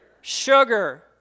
Sugar